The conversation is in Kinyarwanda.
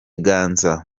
ganza